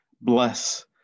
bless